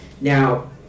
now